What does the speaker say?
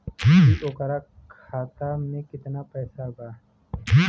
की ओकरा खाता मे कितना पैसा बा?